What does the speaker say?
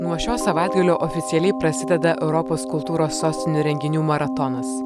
nuo šio savaitgalio oficialiai prasideda europos kultūros sostinių renginių maratonas